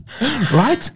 Right